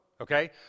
Okay